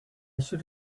should